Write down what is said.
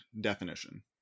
definition